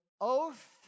oath